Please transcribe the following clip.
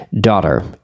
daughter